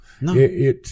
No